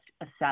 assess